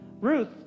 Ruth